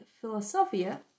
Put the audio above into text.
Philosophia